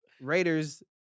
Raiders